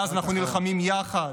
מאז אנחנו נלחמים יחד.